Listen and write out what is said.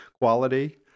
quality